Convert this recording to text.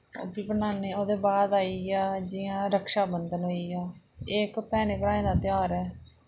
ओह् बी बनान्ने ओह्दे बाद आई गेआ जि'यां रक्षा बंधन होई गेआ एह् इक भैनें भ्राएं दा तेहार ऐ